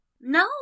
No